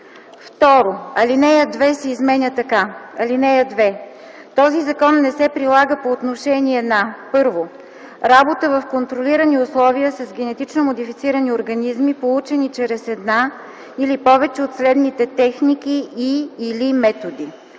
2. Алинея 2 се изменя така: „(2) Този закон не се прилага по отношение на: 1. работата в контролирани условия с генетично модифицирани организми, получени чрез една или повече от следните техники и/или методи: